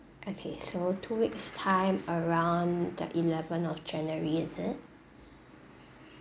okay so two weeks time around the eleven of january is it